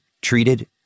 treated